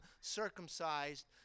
circumcised